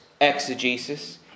exegesis